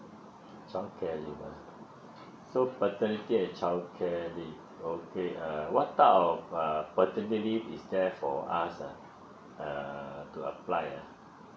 childcare leave ah so paternity and childcare leave okay uh what type of uh paternity leave is there for us ah err to apply ah